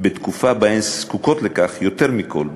בתקופה שבה הן זקוקות לכך יותר מכול,